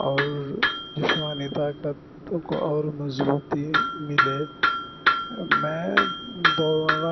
اور جسمانی طاقت کو اور مضبوطی ملے میں دوڑنا